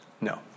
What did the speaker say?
No